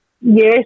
Yes